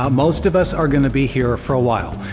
ah most of us are gonna be here for a while.